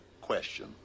question